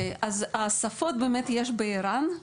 שפות יש בער"ן.